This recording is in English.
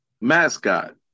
mascot